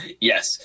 Yes